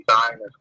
designers